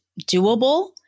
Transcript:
doable